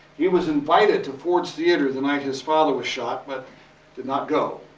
he was invited to ford's theater the night his father was shot, but did not go.